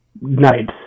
nights